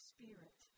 Spirit